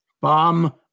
Bomb